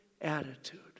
attitude